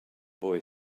boy